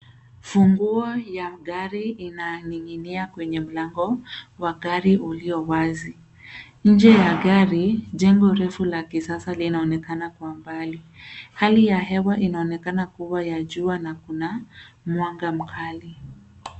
Funguo ya gari inaninginia kwenye mlango wa gari uliowazi nje ya gari jengo refu la kisasa linonekana kwa umbali hali ya hewa inaonekana kua ya jua na kuna mwanga mkali.